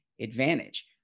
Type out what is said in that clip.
advantage